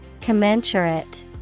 Commensurate